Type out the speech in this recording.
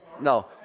No